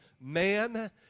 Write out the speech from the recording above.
man